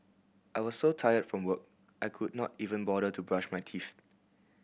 I was so tired from work I could not even bother to brush my teeth